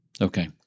Okay